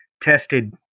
tested